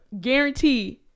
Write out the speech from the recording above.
Guarantee